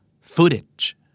Footage